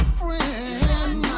friend